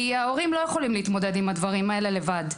כי ההורים לא יכולים להתמודד עם הדברים האלה לבד.